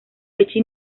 fecha